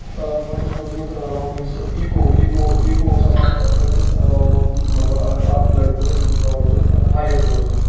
آ بہٕ چھُس روٗدمُت یُس ایٖکو ایٖکو ایٖکو اوس آسان أکِس مطلب اَگر اکھ لڑکہٕ اوس أمِس اوس پیوان روزُن ہایِڈ روزُن